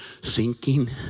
sinking